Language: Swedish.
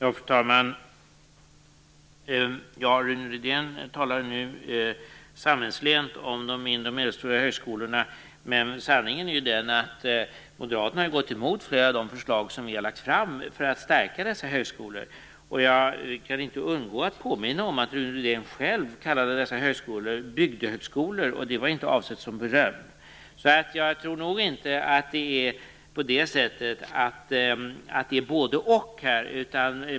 Fru talman! Rune Rydén talar nu sammetslent om de mindre och medelstora högskolorna, men sanningen är ju den att moderaterna har gått emot flera av de förslag som vi har lagt fram för att stärka dessa högskolor. Jag kan inte undgå att påminna om att Rune Rydén själv kallade dessa högskolor "bygdehögskolor", och det var inte avsett som beröm. Jag tror nog inte att det här är fråga om "både och".